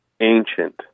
ancient